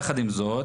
יחד עם זאת,